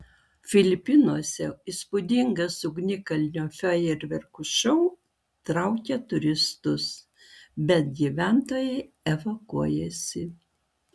filipinuose įspūdingas ugnikalnio fejerverkų šou traukia turistus bet gyventojai evakuojasi